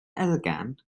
elgan